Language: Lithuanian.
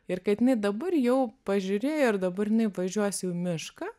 ir kad jinai dabar jau pažiūrėjo ir dabar jinai važiuos į mišką